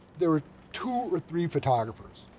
there were two or three photographers.